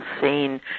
seen